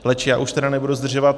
Leč já už tedy nebudu zdržovat.